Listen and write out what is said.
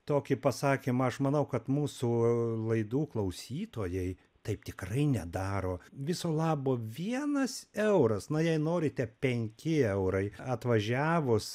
tokį pasakymą aš manau kad mūsų laidų klausytojai taip tikrai nedaro viso labo vienas euras na jei norite penki eurai atvažiavus